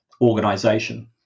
organization